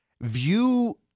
view